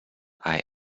hay